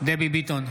דבי ביטון,